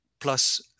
plus